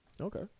Okay